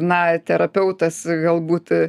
na terapeutas galbūt